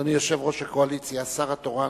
אדוני, יושב-ראש הקואליציה, השר התורן.